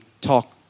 talk